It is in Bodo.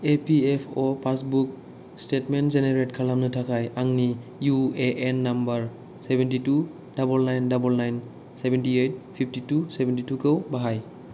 E P F O passbook statement generate खालामनो थाखाय आंनि U A N number seventy two double nine double nine seventy eight fifty two seventy two खौ बाहाय